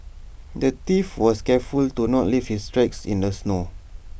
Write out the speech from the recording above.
the thief was careful to not leave his tracks in the snow